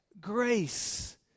grace